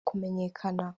kumenyekana